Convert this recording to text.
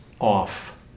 off